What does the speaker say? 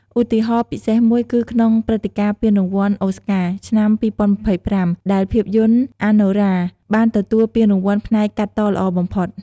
ឧទាហរណ៍ពិសេសមួយគឺក្នុងព្រឹត្តិការណ៍ពានរង្វាន់ អូស្ការ ឆ្នាំ ២០២៥ ដែលភាពយន្ត “អាណូរា” បានទទួលពានរង្វាន់ផ្នែក កាត់តល្អបំផុត។